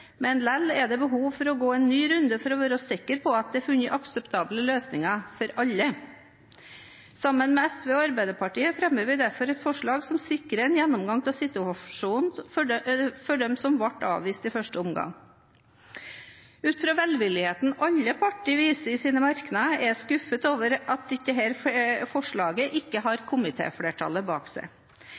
men det er likevel behov for å gå en ny runde for å være sikker på det er funnet akseptable løsninger for alle. Sammen med SV og Arbeiderpartiet fremmer vi derfor et forslag som sikrer en gjennomgang av situasjonen for dem som ble avvist i første omgang. Ut fra velvilligheten alle partier viser i sine merknader, er jeg skuffet over at dette forslaget ikke har komitéflertallet bak seg.